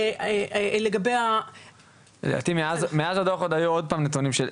ולגבי --- לדעתי מאז הדו"ח היו עוד פעם נתונים,